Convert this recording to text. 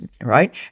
right